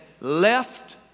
left